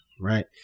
Right